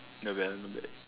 not bad not bad